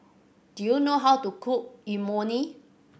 do you know how to cook Imoni